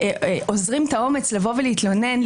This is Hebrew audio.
אוזרים את האומץ לבוא ולהתלונן,